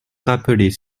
rappeler